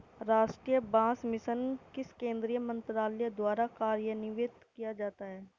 राष्ट्रीय बांस मिशन किस केंद्रीय मंत्रालय द्वारा कार्यान्वित किया जाता है?